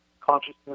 consciousness